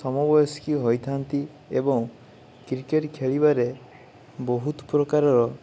ସମବୟସ୍କୀ ହୋଇଥାନ୍ତି ଏବଂ କ୍ରିକେଟ ଖେଳିବାରେ ବହୁତ ପ୍ରକାରର